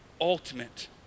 ultimate